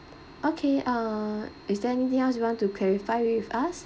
okay uh is there anything else you want to clarify with us